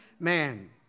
man